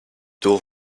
door